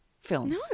film